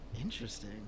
Interesting